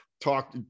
talk